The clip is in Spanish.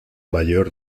mayor